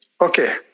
Okay